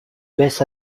baisse